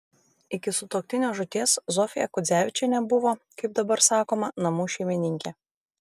iki sutuoktinio žūties zofija kudzevičienė buvo kaip dabar sakoma namų šeimininkė